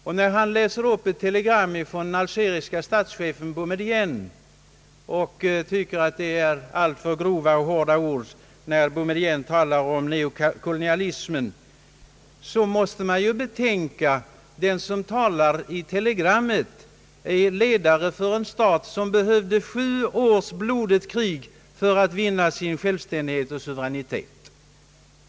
När herr Dahlén läser upp ett telegram från den algeriske statschefen Boumedienne och tycker att denna använder alltför hårda ord när han talar om neo-kolonialismen, måste man betänka att den som talar i telegrammet är ledare för en stat som behövde sju års blodigt krig för att vinna självständighet och suveränitet.